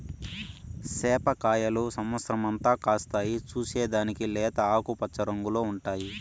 సేప కాయలు సమత్సరం అంతా కాస్తాయి, చూసేకి లేత ఆకుపచ్చ రంగులో ఉంటాయి